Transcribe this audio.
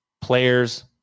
players